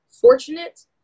fortunate